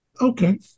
okay